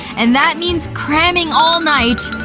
and that means cramming all night.